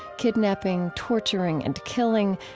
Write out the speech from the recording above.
kidnapping, torturing, and killing,